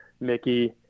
Mickey